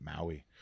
Maui